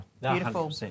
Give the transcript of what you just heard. Beautiful